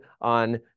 on